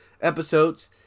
episodes